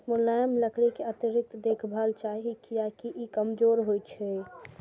मुलायम लकड़ी कें अतिरिक्त देखभाल चाही, कियैकि ई कमजोर होइ छै